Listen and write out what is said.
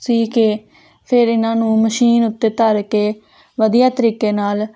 ਸੀ ਕੇ ਫਿਰ ਇਹਨਾਂ ਨੂੰ ਮਸ਼ੀਨ ਉੱਤੇ ਧਰ ਕੇ ਵਧੀਆ ਤਰੀਕੇ ਨਾਲ